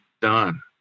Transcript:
done